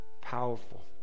powerful